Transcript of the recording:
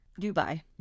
Dubai